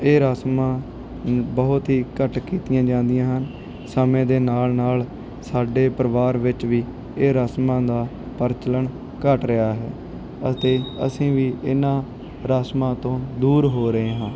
ਇਹ ਰਸਮਾਂ ਬਹੁਤ ਹੀ ਘੱਟ ਕੀਤੀਆਂ ਜਾਂਦੀਆਂ ਹਨ ਸਮੇਂ ਦੇ ਨਾਲ ਨਾਲ ਸਾਡੇ ਪਰਿਵਾਰ ਵਿੱਚ ਵੀ ਇਹ ਰਸਮਾਂ ਦਾ ਪ੍ਰਚਲਣ ਘੱਟ ਰਿਹਾ ਹੈ ਅਤੇ ਅਸੀਂ ਵੀ ਇਹਨਾਂ ਰਸਮਾਂ ਤੋਂ ਦੂਰ ਹੋ ਰਹੇ ਹਾਂ